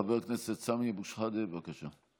חבר הכנסת סמי אבו שחאדה, בבקשה.